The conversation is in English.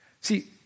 See